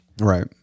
right